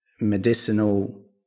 medicinal